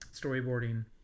storyboarding